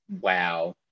wow